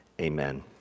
amen